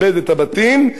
חס וחלילה,